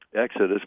exodus